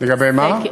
לגבי מה?